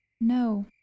No